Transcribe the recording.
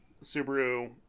Subaru